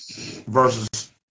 versus